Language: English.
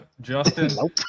justin